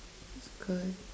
that's good